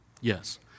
yes